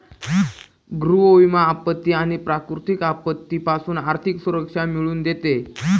गृह विमा आपत्ती आणि प्राकृतिक आपत्तीपासून आर्थिक सुरक्षा मिळवून देते